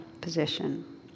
position